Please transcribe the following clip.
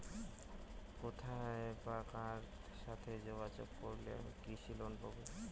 কোথায় বা কার সাথে যোগাযোগ করলে আমি কৃষি লোন পাব?